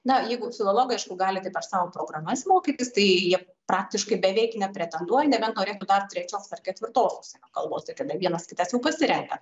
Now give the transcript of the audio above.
na jeigu filologai aišku gali tai per savo programas mokytis tai jie praktiškai beveik nepretenduoja nebent norėtų dar trečios ar ketvirtos užsienio kalbos tai tada vienas kitas jau pasirenka